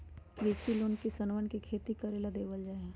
कृषि लोन किसनवन के खेती करे ला देवल जा हई